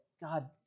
God